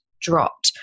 dropped